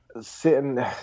sitting